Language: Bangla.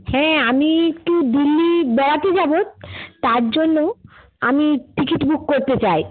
হ্যাঁ আমি একটু দিল্লি বেড়াতে যাব তার জন্য আমি টিকিট বুক করতে চাই